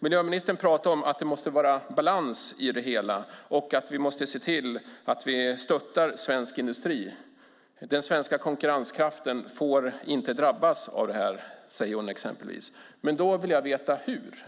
Miljöministern pratade om att det måste vara balans i det hela och att vi måste se till att vi stöttar svensk industri. Den svenska konkurrenskraften får inte drabbas av detta, säger hon exempelvis. Men jag vill veta hur